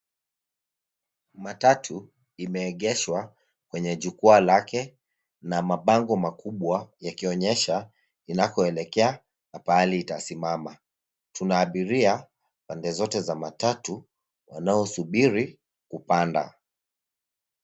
Matatu imeegeshwa kwenye jukwaa yake na mabango makubwa yakionyesha inakoelekea na pahali itasimama. Tuna abiria pande zote za matatu wanao subiri kupanda.